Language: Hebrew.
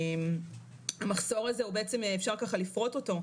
המחסור הזה אפשר לפרוט אותו,